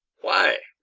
why?